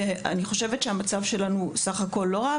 אני חושבת שהמצב שלנו סך הכל לא רע,